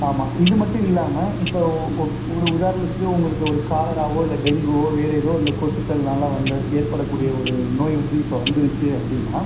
ஆமாம் இது மட்டும் இல்லாமல் இப்போ உ ஒ ஒரு உதாரணத்துக்கு உங்களுக்கு ஒரு காலராவோ இல்லை டெங்குவோ வேறு ஏதோ இந்த கொசுக்கள்னால் வந்து ஏற்படக்கூடிய ஒரு நோய் வந்து இப்போ வந்துருச்சு அப்படினா